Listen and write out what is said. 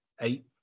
eight